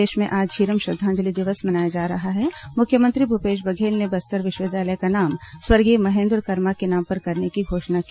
प्रदेश में आज झीरम श्रद्धांजलि दिवस मनाया जा रहा है मुख्यमंत्री भूपेश बघेल ने बस्तर विश्वविद्यालय का नाम स्वर्गीय महेन्द्र कर्मा के नाम पर करने की घोषणा की